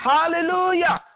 Hallelujah